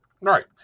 right